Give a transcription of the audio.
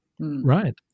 Right